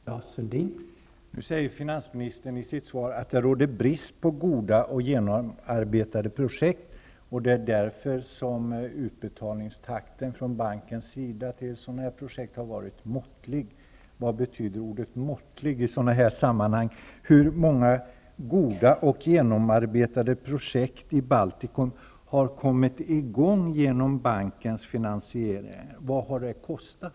Herr talman! Nu säger finansministern i sitt svar att det råder brist på goda och genomarbetade projekt och att det är därför som utbetalningstakten från banken till sådan projekt har varit måttlig. Vad betyder ordet ''måttlig'' i sådana här sammanhang? Hur många goda och genomarbetade projekt i Baltikum har kommit i gång genom bankens finansiering, och vad har det kostat?